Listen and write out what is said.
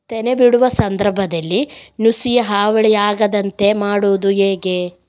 ತೆನೆ ಬಿಡುವ ಸಂದರ್ಭದಲ್ಲಿ ನುಸಿಯ ಹಾವಳಿ ಆಗದಂತೆ ಮಾಡುವುದು ಹೇಗೆ?